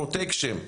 פרוטקשן.